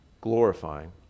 glorifying